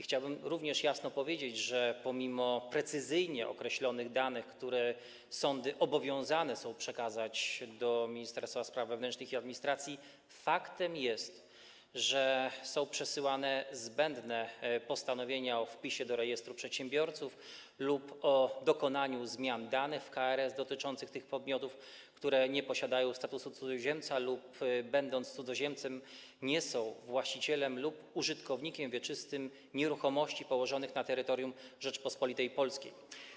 Chciałbym również jasno powiedzieć, że pomimo precyzyjnie określonych danych, które sądy obowiązane są przekazać Ministerstwu Spraw Wewnętrznych i Administracji, faktem jest, że są przesyłane zbędne postanowienia o wpisie do rejestru przedsiębiorców lub o dokonaniu zmian danych w KRS dotyczących tych podmiotów, które nie posiadają statusu cudzoziemca lub będąc cudzoziemcami, nie są właścicielami lub użytkownikami wieczystymi nieruchomości położonych na terytorium Rzeczypospolitej Polskiej.